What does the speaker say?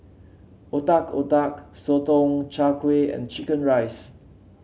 Otak Otak Sotong Char Kway and chicken rice